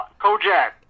kojak